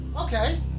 Okay